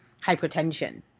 hypertension